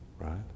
right